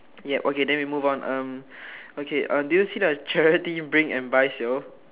yup okay then we move on um okay um do you see the charity bring and buy sale